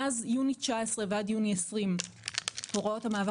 מאז יוני 2019 ועד יוני 2020 הוראות המעבר